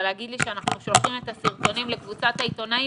אבל להגיד לי שאתם שולחים את הסרטונים לקבוצת העיתונאים,